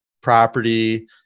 property